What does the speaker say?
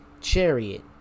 chariot